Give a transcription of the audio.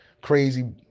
crazy